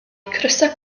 crysau